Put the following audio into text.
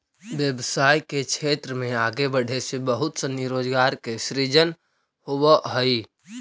व्यवसाय के क्षेत्र में आगे बढ़े से बहुत सनी रोजगार के सृजन होवऽ हई